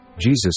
Jesus